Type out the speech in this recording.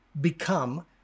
become